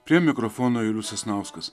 prie mikrofono julius sasnauskas